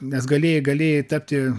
nes galėjai galėjai tapti